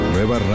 Nueva